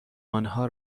آنها